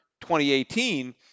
2018